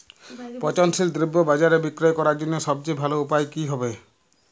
পচনশীল দ্রব্য বাজারে বিক্রয় করার জন্য সবচেয়ে ভালো উপায় কি হবে?